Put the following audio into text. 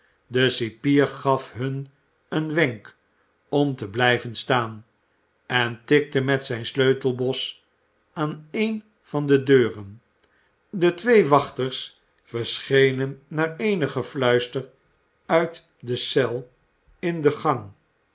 de cipier gaf hun een wenk om te blijven staan en tikte met zijn sleutelbos aan een van de deuren de twee wachters verschenen na eenig gefluister uit de cel in de gang